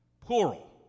Plural